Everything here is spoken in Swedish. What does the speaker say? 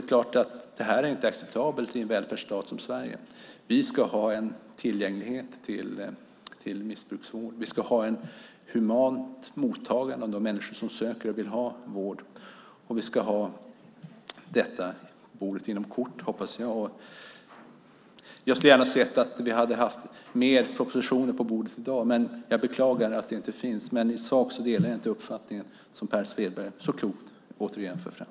Det är inte acceptabelt i en välfärdsstat som Sverige. Vi ska ha en tillgänglig missbrukarvård. Vi ska ha ett humant mottagande av de människor som söker och vill har vård. Vi ska ha det på bordet inom kort, hoppas jag. Jag hade gärna sett att vi hade fler propositioner på bordet i dag. Jag beklagar att de inte finns. I sak delar jag inte den uppfattning som Per Svedberg så klokt för fram.